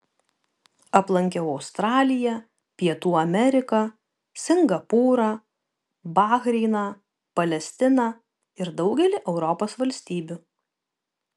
aplankiau australiją pietų ameriką singapūrą bahreiną palestiną ir daugelį europos valstybių